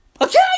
Okay